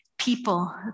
people